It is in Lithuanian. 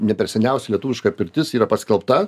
ne per seniausiai lietuviška pirtis yra paskelbta